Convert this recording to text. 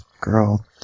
girl